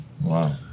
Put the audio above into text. wow